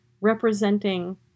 representing